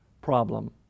problem